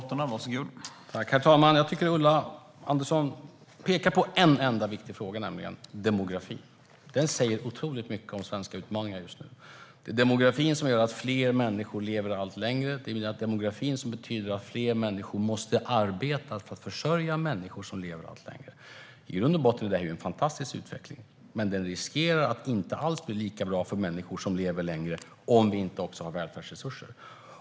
Herr talman! Ulla Andersson pekar på en enda viktig fråga, nämligen demografin. Den säger oerhört mycket om de svenska utmaningarna just nu. Demografin visar att fler människor lever allt längre. Det är den demografiska utvecklingen som gör att fler människor måste arbeta för att försörja människor som lever allt längre. I grund och botten är det en fantastisk utveckling, men den riskerar att inte alls bli lika bra för människor som lever längre om vi inte samtidigt har välfärdsresurser.